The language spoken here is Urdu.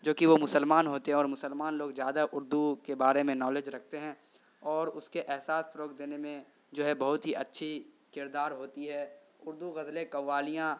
جو کہ وہ مسلمان ہوتے اور مسلمان لوگ زیادہ اردو کے بارے میں نالج رکھتے ہیں اور اس کے احساس فروغ دینے میں جو ہے بہت ہی اچھی کردار ہوتی ہے اردو غزلیں قوالیاں